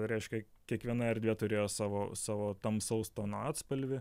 reiškia kiekviena erdvė turėjo savo savo tamsaus tono atspalvį